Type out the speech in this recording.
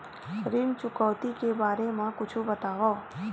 ऋण चुकौती के बारे मा कुछु बतावव?